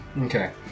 Okay